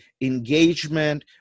engagement